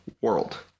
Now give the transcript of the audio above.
world